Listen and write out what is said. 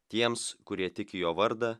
tiems kurie tiki jo vardą